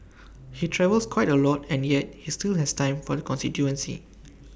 he travels quite A lot and yet he still has time for the constituency